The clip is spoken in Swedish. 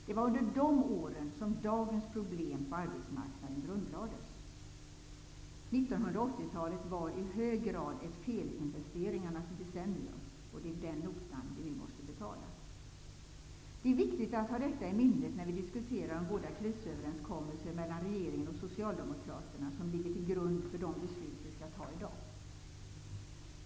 Det var under de åren som dagens problem på arbetsmarknaden grundlades. 1980-talet var i hög grad ett felinvesteringarnas decennium. Det är den notan vi nu måste betala. Det är viktigt att ha detta i minnet när vi diskuterar de båda krisöverenskommelser mellan regeringen och socialdemokraterna som ligger till grund för de beslut vi skall fatta i dag.